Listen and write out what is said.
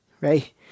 right